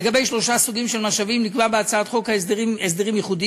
לגבי שלושה סוגים של משאבים נקבעו בהצעת החוק הסדרים ייחודיים,